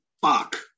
fuck